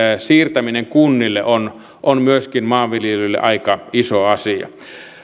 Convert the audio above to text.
siirtäminen kunnille on on myöskin maanviljelijöille aika iso asia